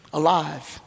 alive